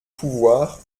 pouvoir